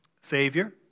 Savior